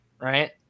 Right